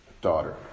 Daughter